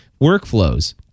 workflows